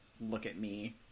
look-at-me